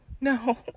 No